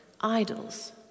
idols